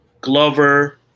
Glover